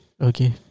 Okay